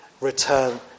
Return